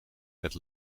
het